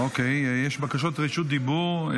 יש בקשות רשות דיבור.